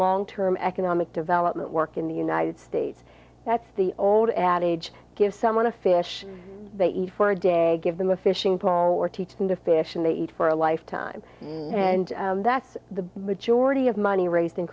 long term economic development work in the united states that's the old adage give someone a fish they eat for a day give them a fishing pole or teach them to fish and they eat for a lifetime and that's the majority of money raised